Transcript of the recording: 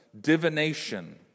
divination